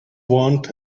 want